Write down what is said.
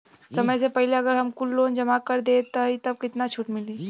समय से पहिले अगर हम कुल लोन जमा कर देत हई तब कितना छूट मिली?